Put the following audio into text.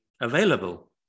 available